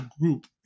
group